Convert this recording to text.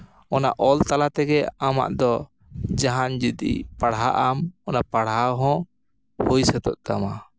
ᱚᱱᱟ ᱚᱞ ᱛᱟᱞᱟ ᱛᱮᱜᱮ ᱟᱢᱟᱜ ᱫᱚ ᱡᱟᱦᱟᱱ ᱡᱩᱫᱤ ᱯᱟᱲᱦᱟᱜ ᱟᱢ ᱚᱱᱟ ᱯᱟᱲᱦᱟᱣ ᱦᱚᱸ ᱦᱩᱭ ᱥᱟᱹᱛᱳᱜ ᱛᱟᱢᱟ